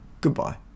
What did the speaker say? Goodbye